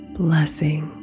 blessing